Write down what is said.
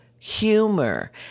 humor